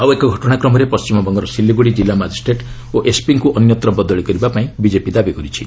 ଆଉ ଏକ ଘଟଣା କ୍ରମରେ ପଶ୍ଚିମବଙ୍ଗର ସିଲିଗୁଡ଼ି କିଲ୍ଲା ମାଜିଷ୍ଟ୍ରେଟ୍ ଓ ଏସ୍ପିଙ୍କୁ ଅନ୍ୟତ୍ର ବଦଳି କରିବା ପାଇଁ ବିଜେପି ଦାବି କରିଛି